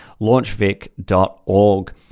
launchvic.org